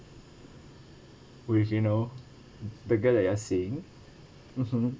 which you know the girl that you are seeing mmhmm